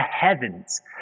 heavens